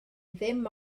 dim